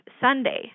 Sunday